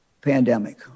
pandemic